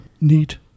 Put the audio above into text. neat